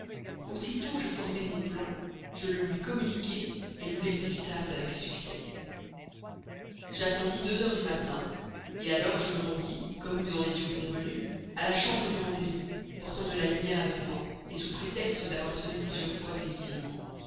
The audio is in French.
aussitôt je formai mon plan je le lui communiquai nous l'exécutâmes avec succès j'attendis deux heures du matin alors je me rendis comme nous en étions convenus à la chambre du rendez-vous portant de la lumière avec moi sous le prétexte d'avoir sonné plusieurs fois inutilement